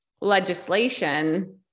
legislation